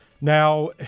Now